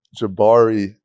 Jabari